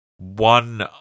One